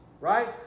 right